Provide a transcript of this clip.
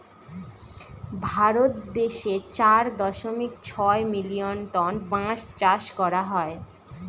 ভারত দেশে চার দশমিক ছয় মিলিয়ন টন বাঁশ চাষ করা হয়